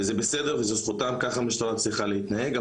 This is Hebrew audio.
וזה בסדר, וזו זכותם, ככה משטרה צריכה להתנהג.